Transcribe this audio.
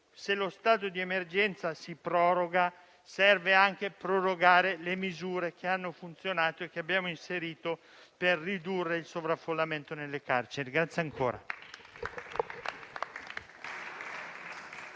lo stato di emergenza, signora Ministra, servirà anche prorogare le misure che hanno funzionato e che abbiamo inserito per ridurre il sovraffollamento nelle carceri.